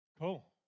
Cool